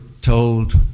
told